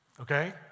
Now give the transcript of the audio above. okay